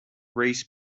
reese